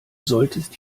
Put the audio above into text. solltest